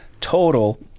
Total